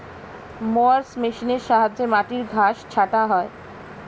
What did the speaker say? mowers মেশিনের সাহায্যে মাটির ঘাস ছাঁটা হয়